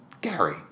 Gary